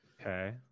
Okay